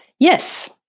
Yes